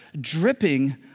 dripping